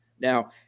Now